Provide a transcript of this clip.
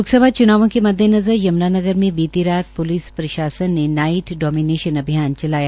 लोकसभा चुनावों के मद्देनजर यमुनानगर में बीती शाम पुलिस प्रशासन ने नाईट डोमीनेश्नन अभियान चलाया